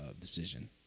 decision